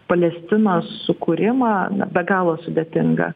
palestinos sukūrimą be be galo sudėtinga